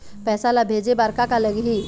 पैसा ला भेजे बार का का लगही?